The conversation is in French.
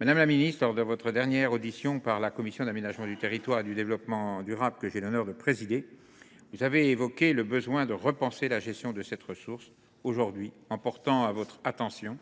Madame la ministre, lors de votre dernière audition par la commission de l’aménagement du territoire et du développement durable, que j’ai l’honneur de présider, vous avez évoqué le besoin de repenser la gestion de la ressource. Aujourd’hui, en portant à votre attention